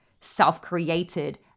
self-created